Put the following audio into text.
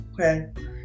okay